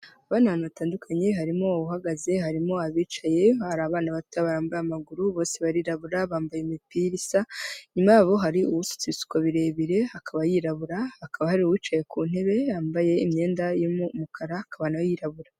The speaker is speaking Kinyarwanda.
Aba ni abantu batandukanye, harimo uhagaze, harimo abicaye, hari abana batoya barambuye amaguru, bose barirabura, bambaye imipira isa, inyuma yabo hari usutse ibisuko birebire, akaba yirabura, hakaba hari uwicaye ku ntebe, yambaye imyenda y'umukara, akaba na we yirabura.